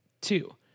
Two